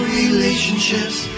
relationships